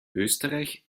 österreich